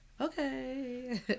okay